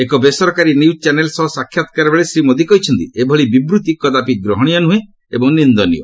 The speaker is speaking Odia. ଏକ ବେସରକାରୀ ନ୍ୟଜ୍ ଚ୍ୟାନେଲ୍ ସହ ସାକ୍ଷାତକାର ବେଳେ ଶ୍ରୀ ମୋଦି କହିଛନ୍ତି ଏଭଳି ବିବୃଭି କଦାପି ଗ୍ରହଣୀୟ ନୁହେଁ ଏବଂ ନିନ୍ଦନୀୟ